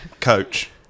Coach